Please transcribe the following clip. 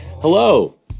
Hello